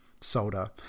soda